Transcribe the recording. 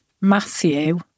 Matthew